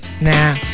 Nah